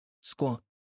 squat